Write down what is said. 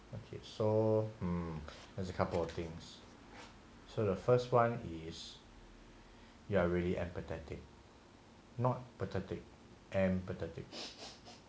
okay so hmm there's a couple of things so the first one is you're really empathetic not pathetic and empathetic